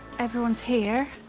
everyone's here,